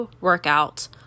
workout